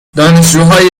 دانشجوهای